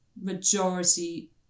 majority